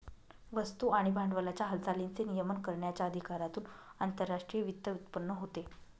वस्तू आणि भांडवलाच्या हालचालींचे नियमन करण्याच्या अधिकारातून आंतरराष्ट्रीय वित्त उत्पन्न होते